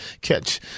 catch